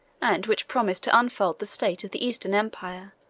and which promise to unfold the state of the eastern empire,